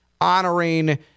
honoring